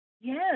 Yes